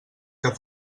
que